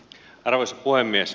arvoisa puhemies